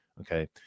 okay